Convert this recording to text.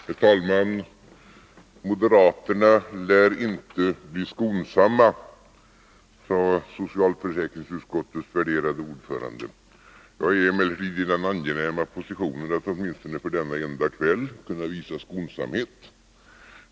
Herr talman! Moderaterna lär inte bli skonsamma, sade socialförsäkringsutskottets värderade ordförande. Jag är emellertid i den angenäma positionen att åtminstone för denna enda kväll kunna visa skonsamhet.